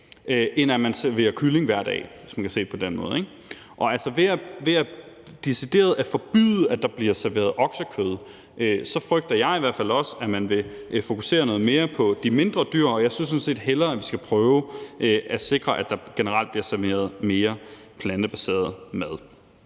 det på den måde, ikke? Og ved decideret at forbyde, at der bliver serveret oksekød, frygter jeg i hvert fald også, at man vil fokusere noget mere på de mindre dyr, og jeg synes sådan set hellere, at vi skal prøve at sikre, at der generelt bliver serveret mere plantebaseret mad.